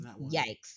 Yikes